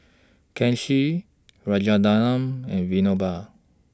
Kanshi Rajaratnam and Vinoba